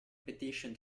petition